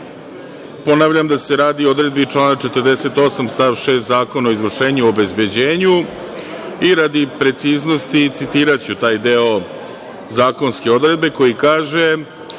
ponavljam da se radi o odredbi člana 48. stav 6. Zakona o izvršenju i obezbeđenju. Radi preciznosti citiraću taj deo zakonske odredbe koji kaže